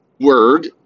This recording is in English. word